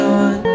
on